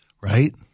right